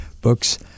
Books